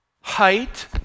height